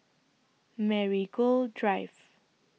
Marigold Drive